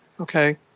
Okay